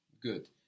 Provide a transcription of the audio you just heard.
good